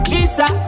Lisa